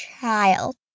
child